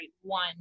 one